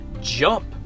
jump